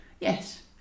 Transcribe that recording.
Yes